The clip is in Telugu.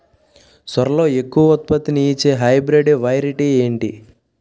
సోరలో ఎక్కువ ఉత్పత్తిని ఇచే హైబ్రిడ్ వెరైటీ ఏంటి?